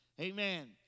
Amen